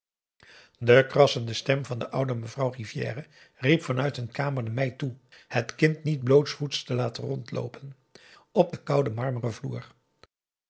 de krassende stem van de oude mevrouw rivière riep van uit een kamer de meid toe het kind niet blootsvoets te laten loopen op den kouden marmeren vloer